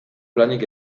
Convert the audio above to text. planik